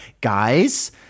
guys